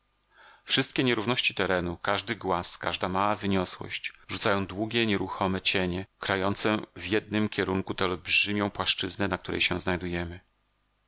wszystkie nierówności terenu każdy głaz każda mała wyniosłość rzucają długie nieruchome cienie krające w jednym kierunku tę olbrzymią płaszczyznę na której się znajdujemy